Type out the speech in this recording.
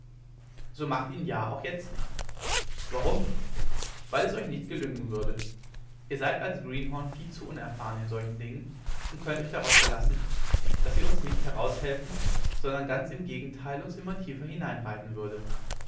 so macht ihn ja auch jetzt nicht warum weil es euch nicht gelingen würde ihr seid als greenhorn viel zu unerfahren in solchen dingen und könnt euch darauf verlassen daß ihr uns nicht heraushelfen sondern ganz im gegenteile uns immer tiefer hineinreiten würdet